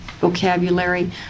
vocabulary